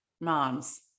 moms